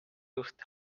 juht